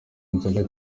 inzoga